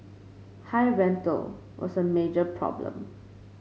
high rental was a major problem